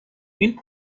این